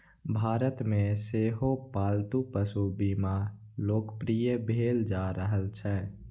भारत मे सेहो पालतू पशु बीमा लोकप्रिय भेल जा रहल छै